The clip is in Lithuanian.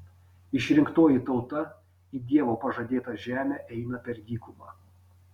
išrinktoji tauta į dievo pažadėtą žemę eina per dykumą